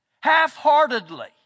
half-heartedly